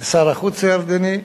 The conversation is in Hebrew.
לשר החוץ הירדני,